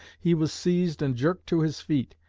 he was seized and jerked to his feet.